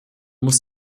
muss